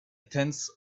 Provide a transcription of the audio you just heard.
tenth